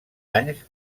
anys